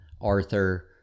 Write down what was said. Arthur